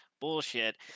bullshit